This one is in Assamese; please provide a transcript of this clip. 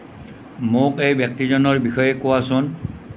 মোক এই ব্যক্তিজনৰ বিষয়ে কোৱাচোন